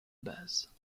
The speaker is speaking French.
base